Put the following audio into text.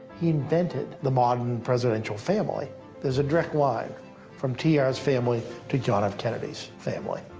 he invented the modern presidential family. there is a direct line from t r s family to john f. kennedy's family.